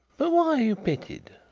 but why are you pitied?